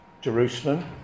Jerusalem